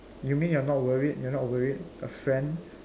you mean you are not worried you are not worried a friend